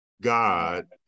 God